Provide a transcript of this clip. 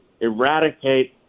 eradicate